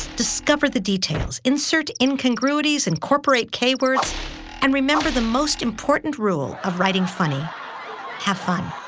discover the details, insert incongruities, incorporate k-words, and remember the most important rule of writing funny have fun.